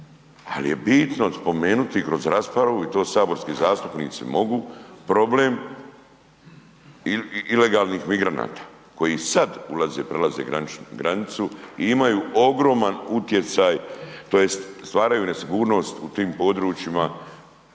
ali je bitno spomenuti kroz raspravu i to saborski zastupnici mogu problem ilegalnih migranata koji sad ulaze, prelaze granicu i imaju ogroman utjecaj tj. stvaraju nesigurnost u tim područjima